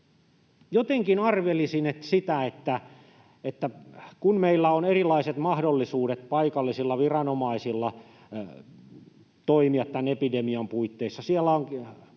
jotenkin arvelisin, että kun meillä on erilaiset mahdollisuudet paikallisilla viranomaisilla toimia tämän epidemian puitteissa — siellä on